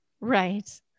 Right